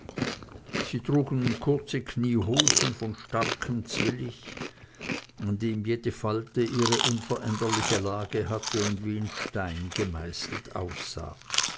sie trugen kurze kniehosen von starkem zwillich an dem jede falte ihre unveränderliche lage hatte und wie in stein gemeißelt aussah